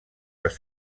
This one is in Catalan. les